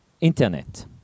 internet